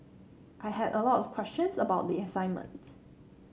I had a lot of questions about the assignment